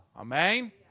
Amen